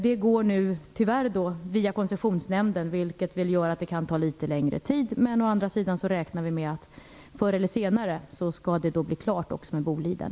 Nu går det tyvärr via Koncessionsnämnden för miljöskydd, vilket gör att det kan ta litet längre tid. Men å andra sidan räknar vi med att det förr eller senare skall bli klart också med Boliden.